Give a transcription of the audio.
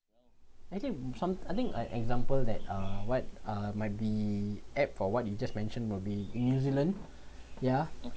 actually some I think I example that uh what uh might be apt for what you just mentioned will be new zealand ya